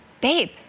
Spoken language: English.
babe